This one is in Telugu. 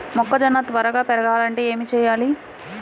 మొక్కజోన్న త్వరగా పెరగాలంటే ఏమి చెయ్యాలి?